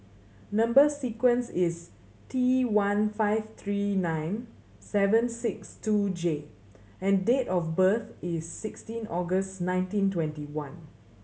number sequence is T one five three nine seven six two J and date of birth is sixteen August nineteen twenty one